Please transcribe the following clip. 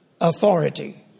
authority